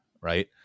right